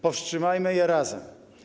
Powstrzymajmy je razem.